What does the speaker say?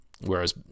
Whereas